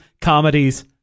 comedies